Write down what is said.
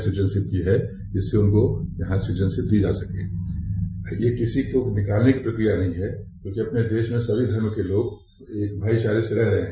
citizen ship की है जिससे उनको यह सिटीजन शिप दी जा सकती है यह किसी को निकालने की प्रक्रिया नहीं है क्योंकि अपने देश में सभी धर्मो के लोग भाईचारे से रह रहे है